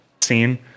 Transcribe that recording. scene